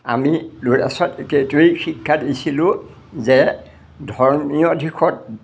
আমি ল'ৰা ছোৱালীক একেটোৱেই শিক্ষা দিছিলোঁ যে ধৰ্মীয় দিশত